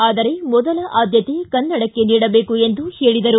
ಆದರೆ ಮೊದಲ ಅದ್ಯತೆ ಕನ್ನಡಕ್ಕೆ ನೀಡಬೇಕು ಎಂದು ಹೇಳಿದರು